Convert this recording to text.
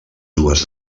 dues